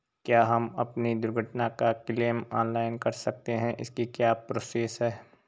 क्या हम अपनी दुर्घटना का क्लेम ऑनलाइन कर सकते हैं इसकी क्या प्रोसेस है?